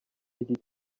iki